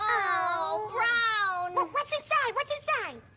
oh! brown. well, what's inside, what's inside? ah,